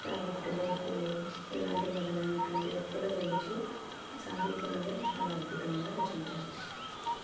సావిత్రిబాయి ఫులే ఇలాంటి మొదలైనటువంటి వ్యక్తుల గురించి సాహిత్యంలో చాలా అద్భుతంగా రచించారు